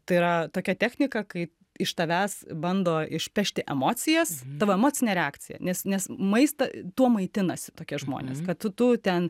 tai yra tokia technika kai iš tavęs bando išpešti emocijas tavo emocinę reakciją nes nes maistą tuo maitinasi tokie žmonės kad tu tu ten